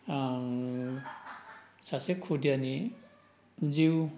ओं सासे खुदियानि जिउ